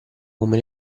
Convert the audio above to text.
come